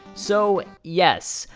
so, yes,